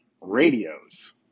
radios